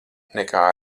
nekā